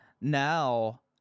now